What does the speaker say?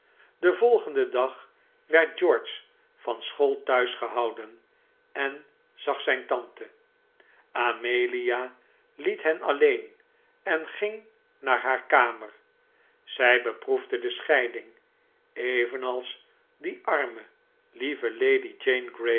den volgenden dag werd george van school thuis gehouden en zag zijn tante amelia liet hen alleen en ging naar haar kamer zij beproefde de scheiding evenals die arme lieve lady